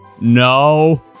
No